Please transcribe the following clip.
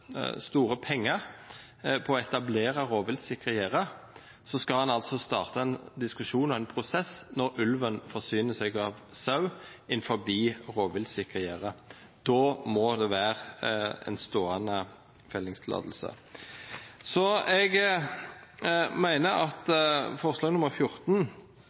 store penger på å etablere rovviltsikre gjerder – og så skal en altså starte en diskusjon og en prosess når ulven forsyner seg av sau innenfor rovviltsikre gjerder – da må det være en stående fellingstillatelse. Så jeg mener at det er viktig å støtte opp under forslag nr. 14,